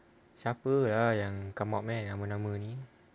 siapa ah yang come out eh nama-nama ni